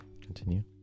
continue